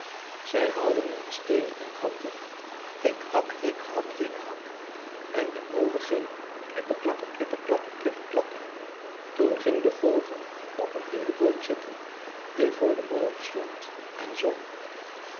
zij houwden een steen en hakten hik hak hik hak hik hak en de molen ging klippe klappe klippe klappe klippe klappe toen ging de vogel op een lindeboom zitten die voor den molen stond en zong